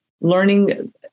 learning